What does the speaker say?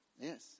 Yes